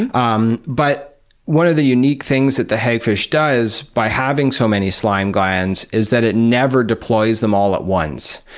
and um but one of the unique things that the hagfish does by having so many slime glands is that it never deploys them all at once.